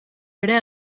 ere